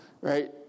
right